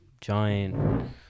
Giant